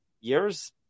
Years